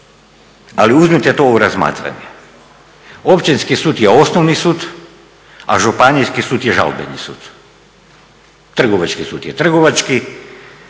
ali uzmite to u razmatranje. Općinski sud je osnovni sud, a Županijski sud je žalbeni sud. Trgovački sud je trgovački,